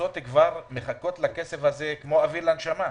הקבוצות מחכות לכסף הזה כמו אוויר לנשימה.